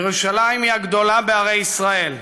ירושלים היא הגדולה בערי ישראל,